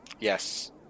Yes